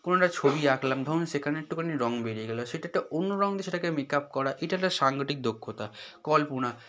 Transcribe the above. কোনও একটা ছবি আঁকলাম ধরুন সেখানে একটুখানি রং বেরিয়ে গেল সেটা একটা অন্য রং দিয়ে সেটাকে মেক আপ করা এটা একটা সাংগঠনিক দক্ষতা কল্পনা